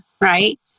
right